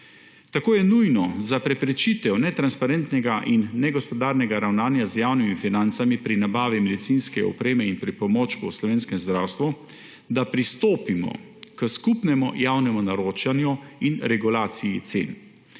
Tako je nujno za preprečitev netransparentnega in negospodarnega ravnanja z javnimi financami pri nabavi medicinske opreme in pripomočkov v slovenskem zdravstvu, da pristopimo k skupnemu javnemu naročanju in regulaciji cen.